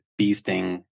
beasting